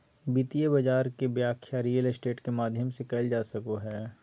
वित्तीय बाजार के व्याख्या रियल स्टेट के माध्यम से कईल जा सको हइ